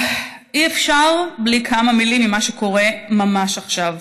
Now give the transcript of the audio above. אי-אפשר בלי כמה מילים על מה שקורה ממש עכשיו.